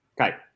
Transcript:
Okay